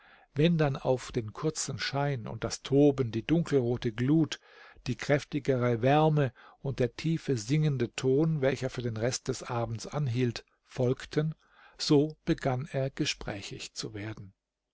wenn dann auf den kurzen schein und das toben die dunkelrote glut die kräftigere wärme und der tiefe singende ton welcher für den rest des abends anhielt folgten so begann er gesprächig zu werden